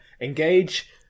engage